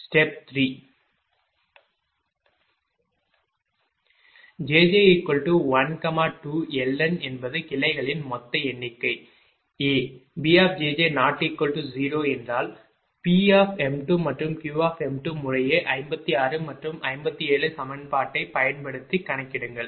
jj12LN என்பது கிளைகளின் மொத்த எண்ணிக்கை B≠0 என்றால் Pm2 மற்றும் Q முறையே 56 மற்றும் 57 சமன்பாட்டைப் பயன்படுத்தி கணக்கிடுங்கள்